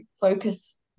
focus